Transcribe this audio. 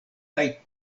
kaj